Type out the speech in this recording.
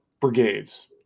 brigades